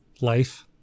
Life